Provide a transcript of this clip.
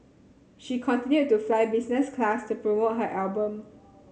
she continued to fly business class to promote her album